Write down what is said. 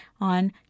on